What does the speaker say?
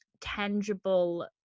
tangible